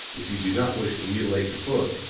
if you do not wish to mutilate your book,